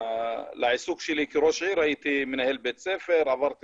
לעיסוקי כראש עיר הייתי מנהל בית ספר ועברתי